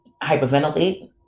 hyperventilate